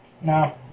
No